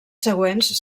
següents